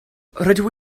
rydw